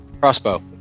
crossbow